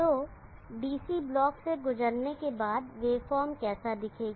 तो DC block से गुजरने के बाद वेवफॉर्म कैसा दिखेगा